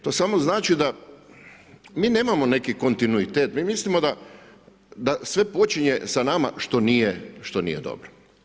To samo znači da mi nemamo neki kontinuitet, mi mislimo da sve počinje sa nama što nije dobro.